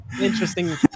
Interesting